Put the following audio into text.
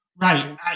Right